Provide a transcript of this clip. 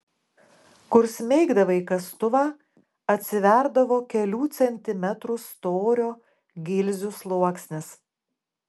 kur smeigdavai kastuvą atsiverdavo kelių centimetrų storio gilzių sluoksnis